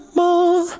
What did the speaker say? more